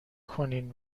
کنین